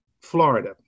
Florida